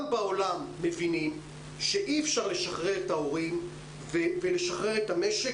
גם בעולם מבינים שאי-אפשר לשחרר את ההורים ואת המשק,